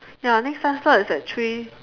ya next time slot is at three